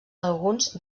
alguns